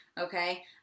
Okay